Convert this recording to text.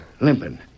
Limping